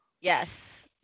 Yes